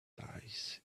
dice